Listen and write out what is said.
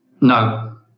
No